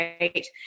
Right